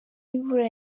imvura